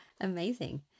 Amazing